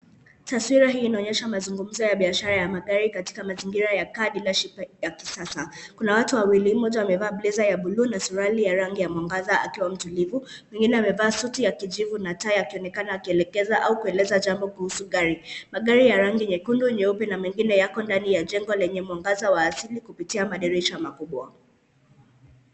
Taswira hii inaonyesha mazungumzo ya biashara ya magari katika mazingira ya car dealership ya kisasa kuna watu wawili , mmoja amevaa blazer ya buluu na suruali ya rangi ya mwangaza akiwa mtulivu. Mwingine amevaa suti ya kijivu na tai akionekana akielekeza au kueleza jambo kuhusu gari. Magari ya rangi nyekundu, nyeupe na mengine yako ndani ya jengo lenye mwangaza wa asili kupitia madirisha makubwa.